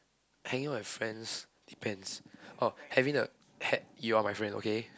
hanging out with friends depends orh having a ha~ you are my friend okay